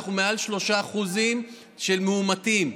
מעל 3% של מאומתים.